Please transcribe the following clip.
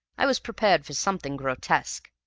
i was prepared for something grotesque,